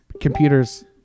computers